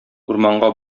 урманга